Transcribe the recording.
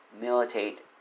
militate